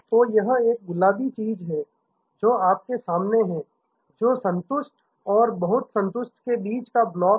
तो यह एक गुलाबी चीज है जो आपके सामने है जो संतुष्ट और बहुत संतुष्ट के बीच का ब्लॉक है